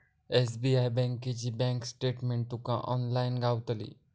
SBI बँकेची bank statement तुका online गावतली